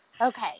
okay